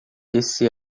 esse